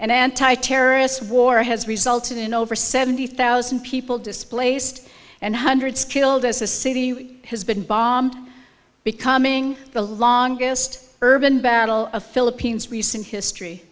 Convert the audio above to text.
anti terrorist war has resulted in over seventy thousand people displaced and hundreds killed as the city has been bombed becoming the longest urban battle of philippines recent history